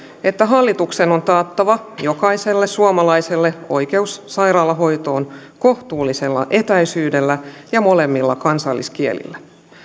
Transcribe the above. että hallituksen on taattava jokaiselle suomalaiselle oikeus sairaalahoitoon kohtuullisella etäisyydellä ja molemmilla kansalliskielillä